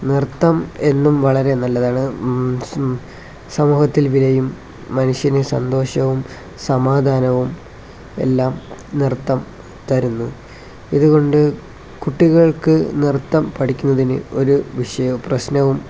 നൃത്തം എന്നും വളരെ നല്ലതാണ് സമൂഹത്തിൽ വിലയും മനുഷ്യന് സന്തോഷവും സമാധാനവും എല്ലാം നൃത്തം തരുന്നു ഇതുകൊണ്ട് കുട്ടികൾക്ക് നൃത്തം പഠിക്കുന്നതിന് ഒരു വിഷയവും പ്രശ്നവും